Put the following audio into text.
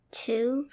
two